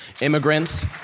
immigrants